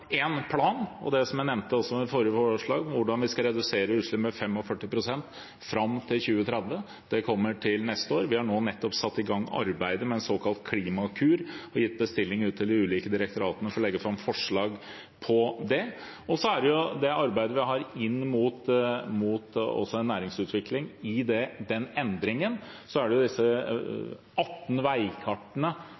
plan, som jeg nevnte i mitt forrige svar, for hvordan vi skal redusere utslippene med 45 pst. fram til 2030, og den kommer til neste år. Vi har nettopp satt i gang arbeidet med en såkalt klimakur og gitt bestilling til de ulike direktoratene om å legge fram forslag om det. Så er det det arbeidet vi har med næringsutvikling. I den endringen er det disse